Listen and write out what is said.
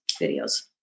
videos